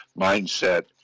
mindset